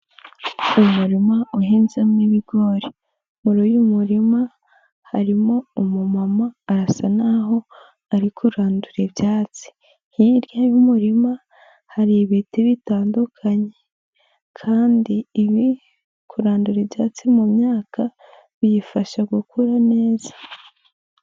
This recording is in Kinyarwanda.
Umuririma uhinzemo ibigori, muri uyumurima harimo umumama arasa n'aho ari kurandura ibyatsi. Hirya y'umurima hari ibiti bitandukanye kandi kurandura ibyatsi mu myaka biyifasha gukura neza.